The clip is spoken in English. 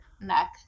neck